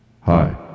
hi